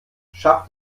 schafft